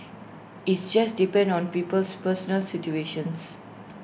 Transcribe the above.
IT just depends on people's personal situations